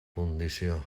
condició